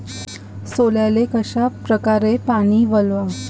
सोल्याले कशा परकारे पानी वलाव?